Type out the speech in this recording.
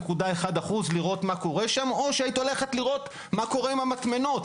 0.1% לראות מה קורה שם או היית הולכת לראות מה קורה עם המטמנות?